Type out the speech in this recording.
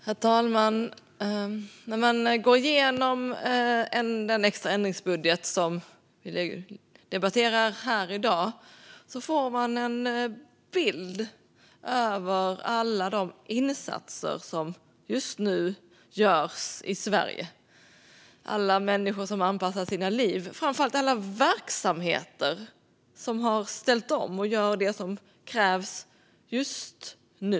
Herr talman! När man går igenom den extra ändringsbudget som vi debatterar här i dag får man en bild av alla de insatser som just nu görs i Sverige. Det handlar om alla de människor som anpassar sina liv och framför allt om alla verksamheter som har ställt om och gör det som krävs just nu.